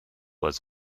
was